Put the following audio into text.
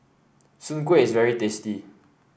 Soon Kueh is very tasty